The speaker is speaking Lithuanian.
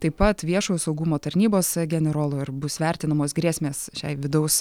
taip pat viešojo saugumo tarnybos generolo ir bus vertinamos grėsmės šiai vidaus